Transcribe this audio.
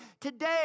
today